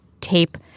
tape